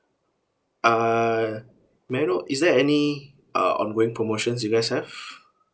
uh may I know is there any uh ongoing promotions you guys have